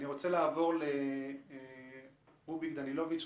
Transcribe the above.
אני רוצה לעבור לרובי דנילוביץ,